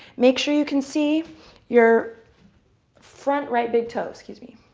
make sure you can see your front right big toes. excuse me.